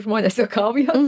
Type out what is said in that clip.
žmonės juokauja